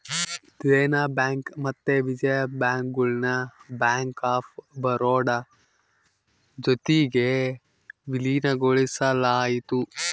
Dena bank ಮತ್ತೆ Vijaya bank ಗುಳ್ನ bank of Baroda ಜೊತಿಗೆ ವಿಲೀನಗೊಳಿಸಲಾಯಿತು